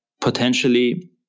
potentially